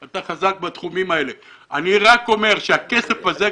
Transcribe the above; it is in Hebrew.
אני רק אומר שהכסף הזה,